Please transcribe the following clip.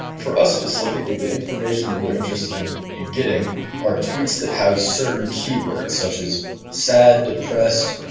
for us specifically, the information that we are interested in and and getting are tweets that have certain keywords such as sad, depressed,